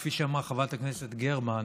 וכפי שאמרה חברת הכנסת גרמן,